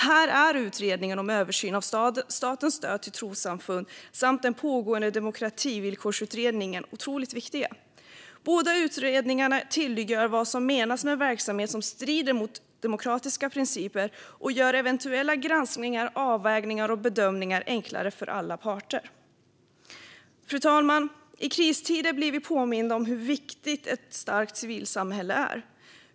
Här är utredningen om en översyn av statens stöd till trossamfund samt den pågående Demokrativillkorsutredningen otroligt viktiga. Båda utredningarna tydliggör vad som menas med verksamhet som strider mot demokratiska principer, och de gör eventuella granskningar, avvägningar och bedömningar enklare för alla parter. Fru talman! I kristider blir vi påminda om hur viktigt ett starkt civilsamhälle är.